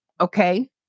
Okay